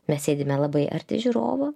mes sėdime labai arti žiūrovų